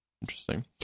Interesting